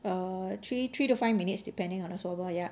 err three three to five minutes depending on the swabber ya